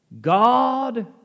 God